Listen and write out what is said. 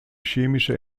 chemische